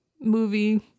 movie